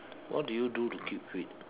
what do you do to keep fit